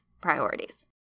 priorities